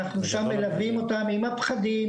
אנחנו שם מלווים אותם עם הפחידן,